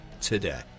today